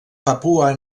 papua